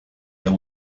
the